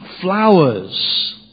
flowers